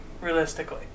realistically